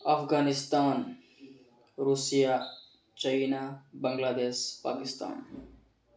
Afghanistan Russia China Bangladesh Pakistan